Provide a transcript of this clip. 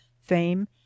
fame